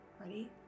Ready